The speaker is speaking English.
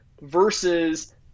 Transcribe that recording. versus